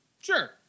Sure